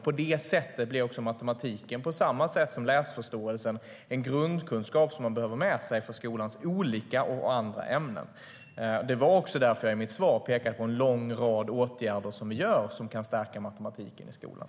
På det sättet blir matematiken, på samma sätt som läsförståelsen, en grundkunskap som man behöver ha med sig för skolans andra ämnen. Jag pekade därför i mitt svar på en lång rad åtgärder som vi vidtar och som kan stärka matematiken i skolan.